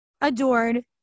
adored